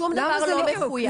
שום דבר לא מחויב.